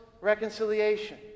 reconciliation